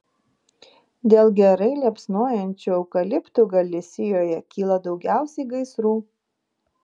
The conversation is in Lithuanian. dėl gerai liepsnojančių eukaliptų galisijoje kyla daugiausiai gaisrų